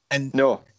No